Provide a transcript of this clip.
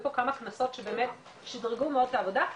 פה כמה כנסות שבאמת שידרגו מאוד את העבודה,